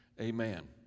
Amen